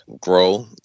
grow